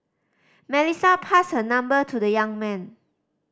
Melissa passed her number to the young man